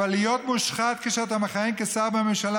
אבל להיות מושחת כשאתה מכהן כשר בממשלה,